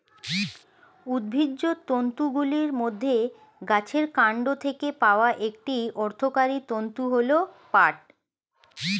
উদ্ভিজ্জ তন্তুগুলির মধ্যে গাছের কান্ড থেকে পাওয়া একটি অর্থকরী তন্তু হল পাট